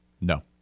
No